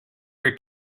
your